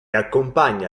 accompagna